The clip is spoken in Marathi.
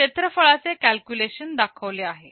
क्षेत्रफळाचे कॅल्क्युलेशन दाखविले आहे